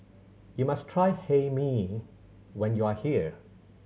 you must try Hae Mee when you are here